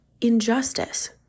injustice